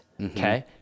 okay